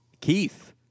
Keith